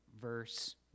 verse